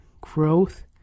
growth